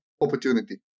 opportunity